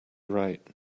right